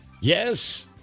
yes